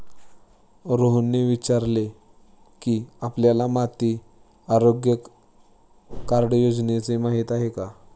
रोहनने विचारले की, आपल्याला माती आरोग्य कार्ड योजनेची माहिती आहे का?